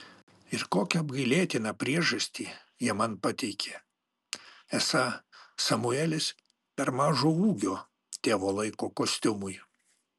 ir kokią apgailėtiną priežastį jie man pateikė esą samuelis per mažo ūgio tėvo laiko kostiumui